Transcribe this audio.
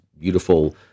beautiful